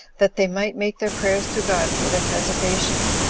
that they might make their prayers to god for their preservation,